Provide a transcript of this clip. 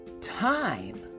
Time